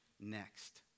next